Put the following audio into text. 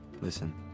listen